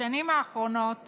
בשנים האחרונות